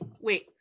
wait